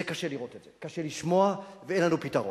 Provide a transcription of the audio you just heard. קשה לראות את זה, קשה לשמוע, ואין לנו פתרון.